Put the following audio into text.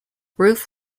ruth